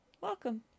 Welcome